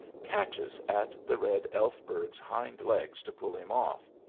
catches at the red elfberg's hind legs to pull him off,